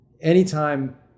anytime